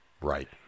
Right